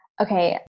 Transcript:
Okay